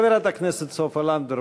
חברת הכנסת סופה לנדבר,